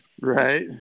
Right